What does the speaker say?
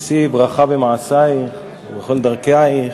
שאי ברכה במעשייך ובכל דרכייך.